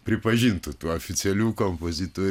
pripažintų tų oficialių kompozitorių